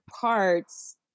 parts